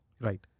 Right